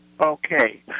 Okay